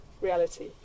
reality